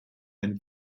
and